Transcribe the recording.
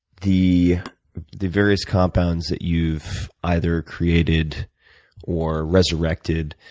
the the various compounds that you've either created or resurrected,